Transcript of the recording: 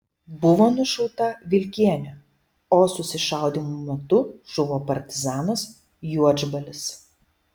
buvo nušauta vilkienė o susišaudymo metu žuvo partizanas juodžbalis